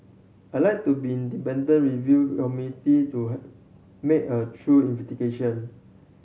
I like to be independent review committee to make a through